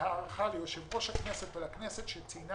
הערכה ליושב-ראש הכנסת ולכנסת שציינה